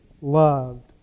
loved